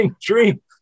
dream